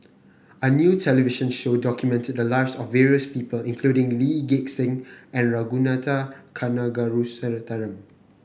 a new television show documented the lives of various people including Lee Gek Seng and Ragunathar Kanagasuntheram